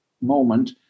moment